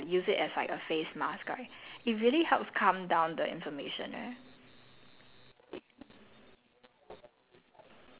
you can try to apply that so I like put it on a cotton pad right then I I I used it as like a face mask right it really helps calm down the inflammation eh